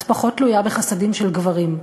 את פחות תלויה בחסדים של גברים.